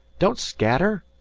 don't scatter!